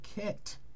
kit